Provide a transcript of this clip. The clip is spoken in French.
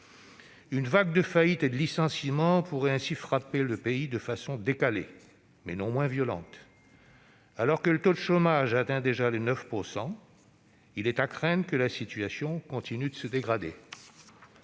Une vague de faillites et de licenciements pourrait ainsi frapper le pays de façon décalée, mais non moins violente. Alors que le taux de chômage atteint déjà 9 %, il est à craindre que la situation continue de se dégrader.